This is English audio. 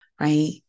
right